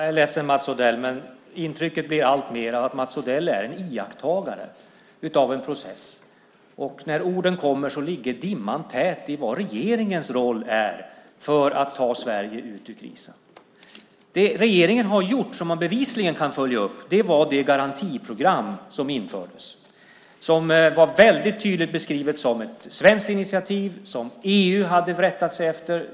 Fru talman! Jag är ledsen, men intrycket blir alltmer att Mats Odell är en iakttagare av en process. När orden kommer ligger dimman tät över vad som är regeringens roll när det gäller att ta Sverige ur krisen. Det regeringen har gjort, som man bevisligen kan följa upp, var att införa garantiprogrammet. Det var väldigt tydligt beskrivet som ett svenskt initiativ som EU hade rättat sig efter.